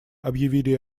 объявили